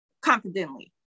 confidently